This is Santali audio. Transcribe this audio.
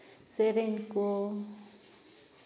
ᱥᱮᱨᱮᱧ ᱠᱚ